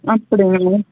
அப்படிங்களா